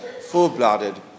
Full-blooded